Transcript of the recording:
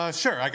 sure